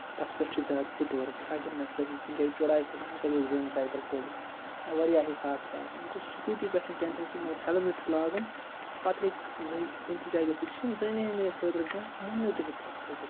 تَتھ پٮ۪ٹھ چھِ زیادٕ فُٹ ؤرٕک چھےٚ کِنہٕ نہ صحیح کُنہِ جایہِ چھِ چۄڑاے کھسُن ہُہ کَتہِ ہیٚکہِ زٔنۍ سایکل کھٲلِتھ واریاہ حساب چھُ آسان گوٚو سٕکوٗٹی پٮ۪ٹھ چھُنہٕ ٹٮ۪نٛشَن کِہیٖنۍ مَگر ہٮ۪لمِٹ چھِ لاگُن پَتہٕ ہیٚکہِ زٔنۍ کُنہِ تہِ جایہِ گٔژھِتھ یہِ چھِنہٕ زَنہِ ہِنٛدے خٲطرٕ کیٚںٛہہ موٚہنیوٗ تہِ ہیٚکہِ اَتھ کھٔسِتھ